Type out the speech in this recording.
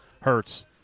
hurts